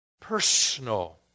personal